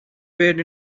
fade